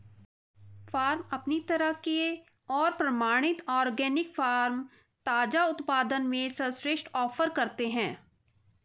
farm अपनी तरह के और प्रमाणित ऑर्गेनिक फ़ार्म ताज़ा उत्पादों में सर्वश्रेष्ठ ऑफ़र करते है